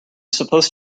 supposed